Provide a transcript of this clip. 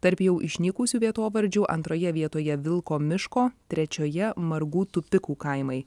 tarp jau išnykusių vietovardžių antroje vietoje vilko miško trečioje margų tupikų kaimai